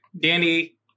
Danny